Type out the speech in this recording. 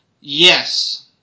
Yes